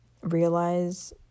realize